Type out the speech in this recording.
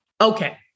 Okay